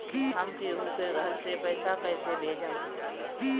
हम केहु के घर से पैसा कैइसे भेजम?